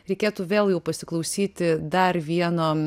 reikėtų vėl jau pasiklausyti dar vieno